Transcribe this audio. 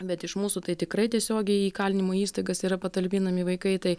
bet iš mūsų tai tikrai tiesiogiai į įkalinimo įstaigas yra patalpinami vaikai tai